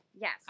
yes